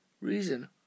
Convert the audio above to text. reason